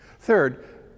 Third